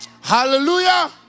Hallelujah